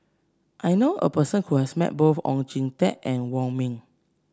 I know a person who has met both Oon Jin Teik and Wong Ming